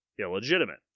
illegitimate